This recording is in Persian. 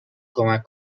کمک